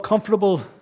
Comfortable